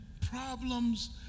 problems